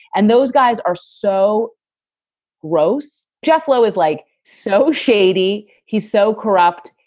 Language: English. and those guys are so gross. jeff low is like so shady. he's so corrupt.